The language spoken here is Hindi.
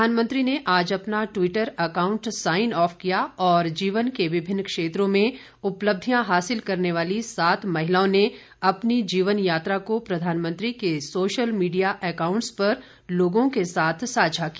प्रधानमंत्री ने आज अपना ट्वीटर अकाउंट साइन ऑफ किया और जीवन के विभिन्न क्षेत्रों में उपलब्धियां हासिल करने वाली सात महिलाओं ने अपनी जीवन यात्रा को प्रधानमंत्री के सोशल मीडिया अकाउंट्स पर लोगों के साथ साझा किया